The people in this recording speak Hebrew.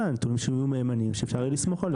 עם נתונים שיהיו מהימנים שאפשר יהיה לסמוך עליהם.